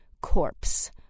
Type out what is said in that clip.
corpse